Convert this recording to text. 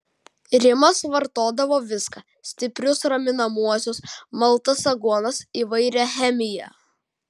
rimas vartodavo viską stiprius raminamuosius maltas aguonas įvairią chemiją